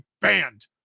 banned